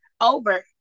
over